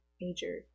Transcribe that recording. major